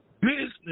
business